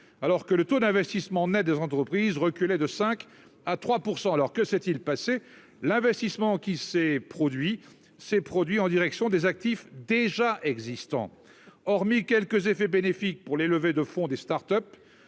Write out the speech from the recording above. alors que le taux d'investissements nets des entreprises reculait de 5 à 3 % alors que s'est-il passé l'investissement qui s'est produit ces produits en direction des actifs déjà existants, hormis quelques effets bénéfiques pour les levées de fonds des Start-Up,